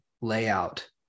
layout